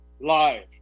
live